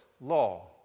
law